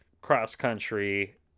cross-country